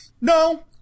No